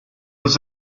was